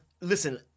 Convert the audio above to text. listen